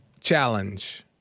challenge